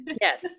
Yes